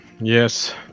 Yes